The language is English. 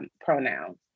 pronouns